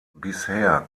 bisher